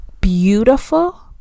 beautiful